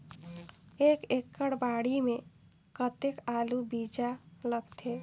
एक एकड़ बाड़ी मे कतेक आलू बीजा लगथे?